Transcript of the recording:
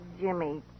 Jimmy